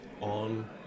on